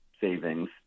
savings